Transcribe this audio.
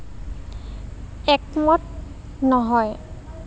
একমত নহয়